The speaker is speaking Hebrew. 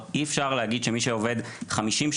אם יש מישהו שיעבוד פחות,